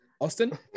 Austin